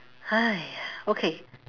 !haiya! okay